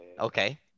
okay